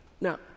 Now